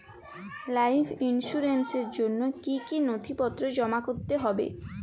Life ইন্সুরেন্সর জন্য জন্য কি কি নথিপত্র জমা করতে হবে?